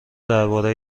درباره